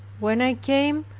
when i came,